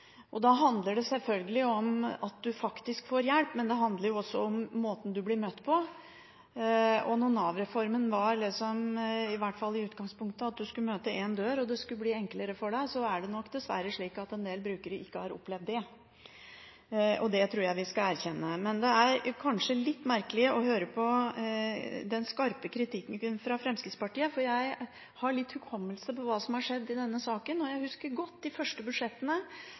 hjelpeapparatet. Da handler det sjølsagt om at du faktisk får hjelp, men det handler også om måten du blir møtt på. Med Nav-reformen var i hvert fall utgangspunktet at du skulle møte én dør, og det skulle bli enklere for deg. Det er nok dessverre slik at en del brukere ikke har opplevd det. Det tror jeg vi skal erkjenne. Men det er kanskje litt merkelig å høre på den skarpe kritikken fra Fremskrittspartiet – for jeg har litt hukommelse når det gjelder hva som har skjedd i denne saken. Jeg husker godt de første budsjettene